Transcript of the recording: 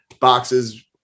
boxes